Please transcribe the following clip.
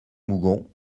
mougon